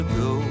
go